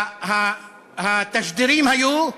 שהתשדירים היו: